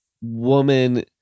woman